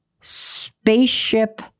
spaceship